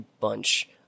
bunch